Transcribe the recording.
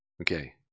Okay